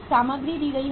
सामग्री दी गई है